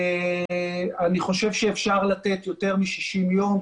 אני חושב שאפשר לתת יותר מ-60 ימים,